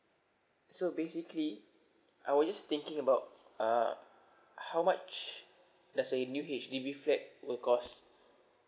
so basically I was just thinking about uh how much let's say new H_D_B flat will cost